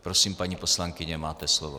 Prosím, paní poslankyně, máte slovo.